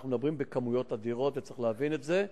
אנחנו מדברים בכמויות אדירות, וצריך להבין את זה.